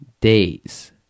days